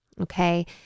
okay